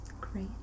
great